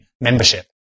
membership